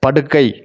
படுக்கை